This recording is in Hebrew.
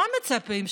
מה מצפים?